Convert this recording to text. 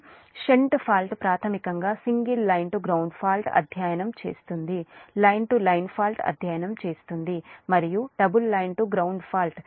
కాబట్టి shunt fault ప్రాథమికంగా single line to ground fault అధ్యయనం చేస్తుంది లైన్ టు లైన్ ఫాల్ట్ అధ్యయనం చేస్తుంది మరియు double line to ground fault